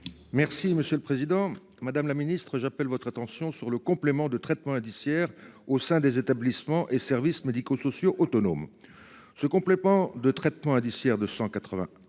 Merci, monsieur le Président Madame la Ministre j'appelle votre attention sur le complément de traitement indiciaire au sein des établissements et services médico-sociaux autonomes.